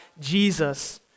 Jesus